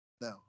No